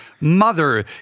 mother